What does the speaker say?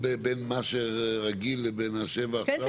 אגב?